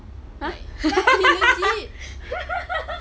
!huh!